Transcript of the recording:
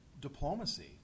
diplomacy